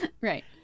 Right